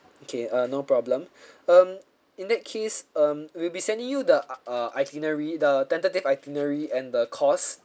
okay uh no problem um in that case um we'll be sending you the uh uh itinerary the tentative itinerary and the costs